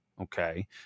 Okay